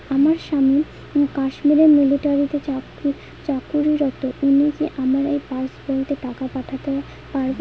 আমার স্বামী কাশ্মীরে মিলিটারিতে চাকুরিরত উনি কি আমার এই পাসবইতে টাকা পাঠাতে পারবেন?